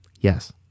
Yes